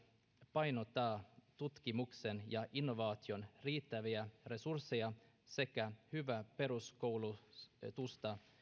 painottaa tutkimuksen ja innovaatioiden riittäviä resursseja sekä hyvää peruskoulutusta